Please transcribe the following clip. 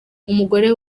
umugore